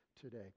today